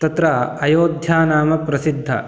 तत्र अयोध्या नाम प्रसिद्धा